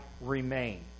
remain